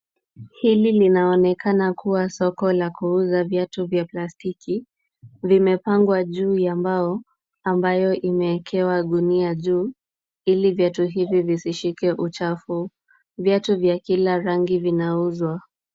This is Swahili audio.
Hili Iinaonekana kuwa soko la kuuza viatu vya plastiki, vimepangwa juu ya mbao ambayo imeekewa gunia juu, ili viatu hivi visishike uchafu, viatu vya kila rangi vinauzwa.